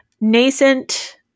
nascent